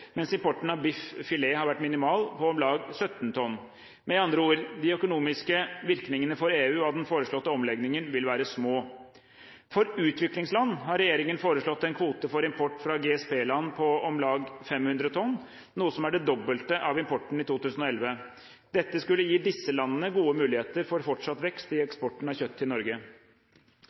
mens importen av biff/filet har vært minimal, på om lag 17 tonn. Med andre ord: De økonomiske virkningene for EU av den foreslåtte omleggingen vil være små. For utviklingsland har regjeringen foreslått en kvote for import fra GSP-land på om lag 500 tonn, noe som er det dobbelte av importen i 2011. Dette skulle gi disse landene gode muligheter for fortsatt vekst i eksporten av kjøtt til Norge.